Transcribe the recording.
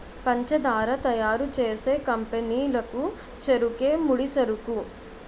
పంచదార తయారు చేసే కంపెనీ లకు చెరుకే ముడిసరుకు